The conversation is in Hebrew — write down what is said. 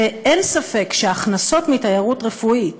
אין ספק שהכנסות מתיירות רפואית